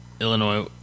Illinois